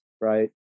right